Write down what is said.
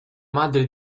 madre